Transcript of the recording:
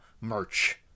merch